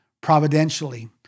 providentially